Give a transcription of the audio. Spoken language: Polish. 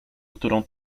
którą